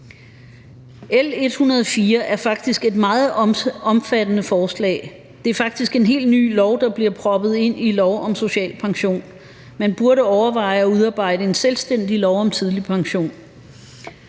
L 104 er faktisk et meget omfattende lovforslag. Det er faktisk en helt ny lov, der bliver proppet ind i lov om social pension. Man burde overveje at udarbejde en selvstændig lov om tidlig pension.